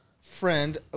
friend